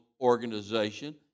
organization